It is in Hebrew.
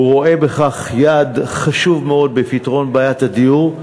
הוא רואה בכך יעד חשוב מאוד בפתרון בעיית הדיור,